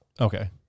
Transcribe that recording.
okay